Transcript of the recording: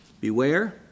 Beware